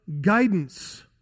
guidance